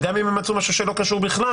וגם אם הם מצאו משהו שלא קשור בכלל,